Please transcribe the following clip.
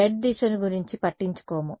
z దిశ గురించి పట్టించుకోము